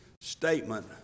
statement